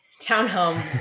townhome